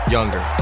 Younger